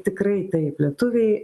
tikrai taip lietuviai